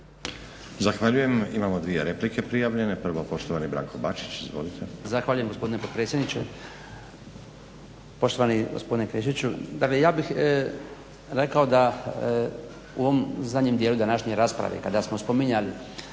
Zahvaljujem. Imamo dvije replike prijavljene. Prvo poštovani Branko Bačić. Izvolite. **Bačić, Branko (HDZ)** Zahvaljujem gospodine potpredsjedniče. Poštovani gospodine Krešiću. Dakle ja bih rekao da u ovom zadnjem dijelu današnje rasprave kada smo spominjali